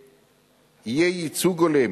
יהיה ייצוג הולם